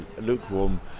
lukewarm